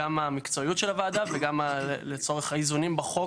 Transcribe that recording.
המקצועיות של הוועדה וגם לצורך האיזונים בחוק,